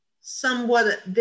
somewhat